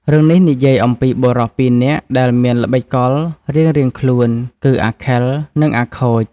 រឿងនេះនិយាយអំពីបុរសពីរនាក់ដែលមានល្បិចកលរៀងៗខ្លួន គឺ អាខិល និង អាខូច។